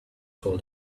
told